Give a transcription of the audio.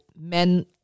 men